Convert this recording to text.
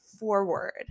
forward